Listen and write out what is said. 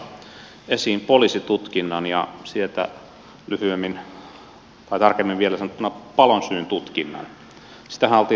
haluan nostaa esiin poliisitutkinnan ja sieltä vielä tarkemmin sanottuna palonsyyn tutkinnan